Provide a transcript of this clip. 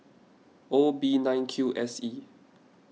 O B nine Q S E